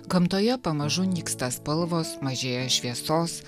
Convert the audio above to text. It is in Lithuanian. gamtoje pamažu nyksta spalvos mažėja šviesos